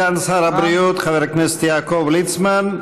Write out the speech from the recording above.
תודה לסגן שר הבריאות חבר הכנסת יעקב ליצמן.